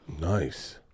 Nice